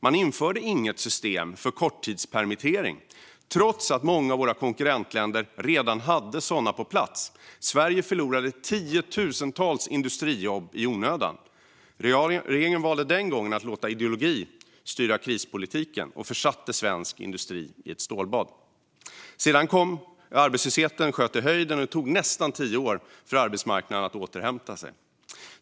Man införde inget system för korttidspermittering, trots att många av våra konkurrentländer redan hade sådana på plats. Sverige förlorade tiotusentals industrijobb i onödan. Regeringen valde den gången att låta ideologi styra krispolitiken och försatte svensk industri i ett stålbad. Arbetslösheten sköt i höjden, och det tog nästan tio år för arbetsmarknaden att återhämta sig.